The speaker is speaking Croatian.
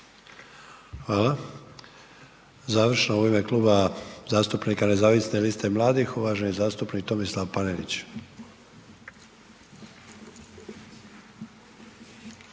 (HDZ)** Završno u ime Kluba zastupnika Nezavisne liste mladih, uvaženi zastupnik Tomislav Panenić.